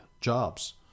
Jobs